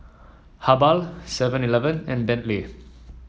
habhal Seven Eleven and Bentley